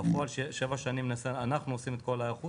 בפועל שבע שנים אנחנו עושים את כל ההיערכות